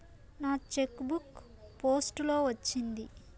నా cheque book post లో వచ్చింది